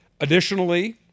additionally